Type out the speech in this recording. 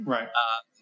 Right